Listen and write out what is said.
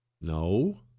No